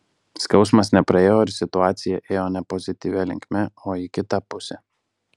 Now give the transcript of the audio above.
skausmas nepraėjo ir situacija ėjo ne pozityvia linkme o į kitą pusę